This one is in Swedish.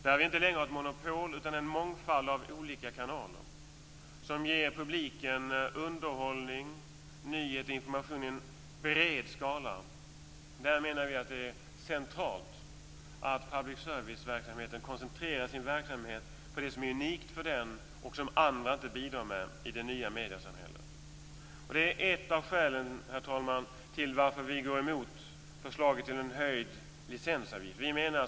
Där har vi inte något monopol utan en mångfald av kanaler som ger publiken underhållning, nyheter och information på en bred skala. Vi menar att det är centralt att public service-verksamheten koncentrerar sig på vad som är unikt för den och som andra inte bidrar med i det nya mediesamhället. Detta är också ett av skälen, herr talman, till att vi går emot förslaget om en höjd licensavgift.